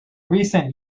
recent